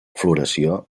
floració